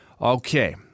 Okay